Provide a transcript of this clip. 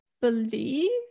believe